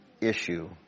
issue